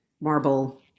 marble